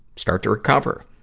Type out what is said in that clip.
start to recover.